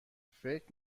فکر